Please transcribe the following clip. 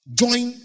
join